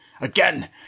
again